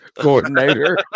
coordinator